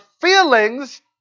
feelings